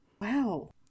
Wow